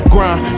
Grind